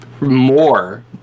more